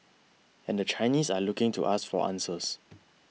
and the Chinese are looking to us for answers